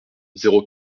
zéro